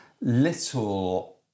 little